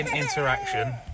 interaction